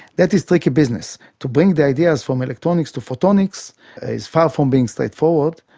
that is tricky business. to bring the ideas from electronics to photonics is far from being straightforward.